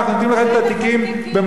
אנחנו נותנים לכם את התיקים במתנה,